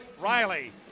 Riley